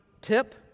tip